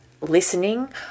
listening